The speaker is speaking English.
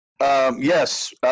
Yes